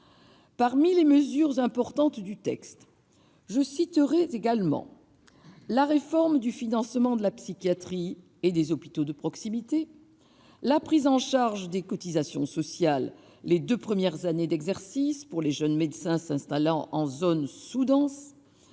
Parmi les mesures importantes du texte, je citerai également : la réforme du financement de la psychiatrie et des hôpitaux de proximité ; la prise en charge des cotisations sociales des jeunes médecins s'installant en zone sous-dense